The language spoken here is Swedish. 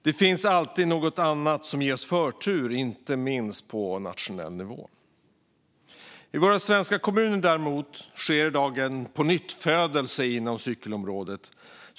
Det finns alltid något annat som ges förtur, inte minst på nationell nivå. I våra svenska kommuner däremot sker i dag en pånyttfödelse på cykelområdet.